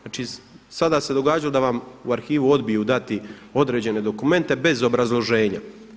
Znači sada se događa da vam u arhivu odbiju dati određene dokumente bez obrazloženja.